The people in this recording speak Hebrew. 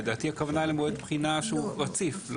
לדעתי הכוונה למועד בחינה שהוא רציף.